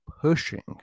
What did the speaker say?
pushing